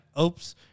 oops